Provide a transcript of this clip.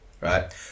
Right